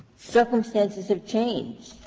circumstances have changed,